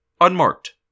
Unmarked